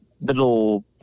Little